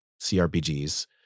CRPGs